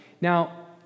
Now